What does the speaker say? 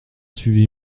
suivi